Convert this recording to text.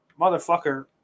motherfucker